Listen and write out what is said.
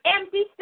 empty